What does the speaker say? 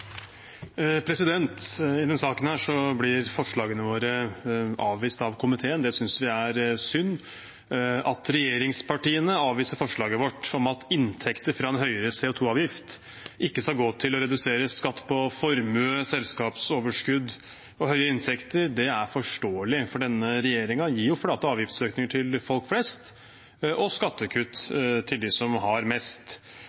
synd. At regjeringspartiene avviser forslaget vårt om at inntekter fra en høyere CO 2 -avgift ikke skal gå til å redusere skatt på formue, selskapsoverskudd og høye inntekter, er forståelig, for denne regjeringen gir jo flate avgiftsøkninger til folk flest og skattekutt